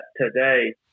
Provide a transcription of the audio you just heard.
today